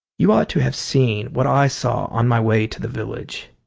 you ought to have seen what i saw on my way to the village,